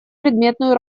предметную